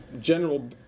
general